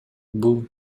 бул